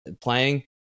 playing